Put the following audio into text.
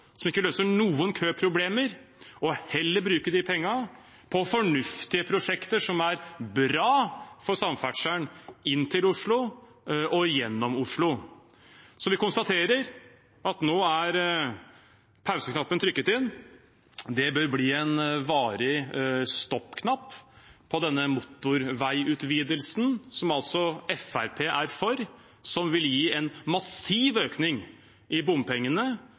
som ikke løser noen køproblemer, og heller bruke de pengene på fornuftige prosjekter som er bra for samferdselen inn til Oslo og gjennom Oslo. Vi konstaterer at nå er pauseknappen trykket inn. Det bør bli en varig stoppknapp på denne motorveiutvidelsen, som altså Fremskrittspartiet er for, som vil gi en massiv økning i bompengene